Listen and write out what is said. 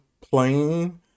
plain